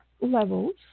levels